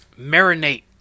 marinate